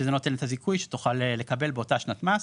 שזה נותן את הזיכוי שתוכל לקבל באותה שנת מס,